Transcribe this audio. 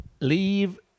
leave